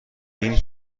این